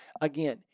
Again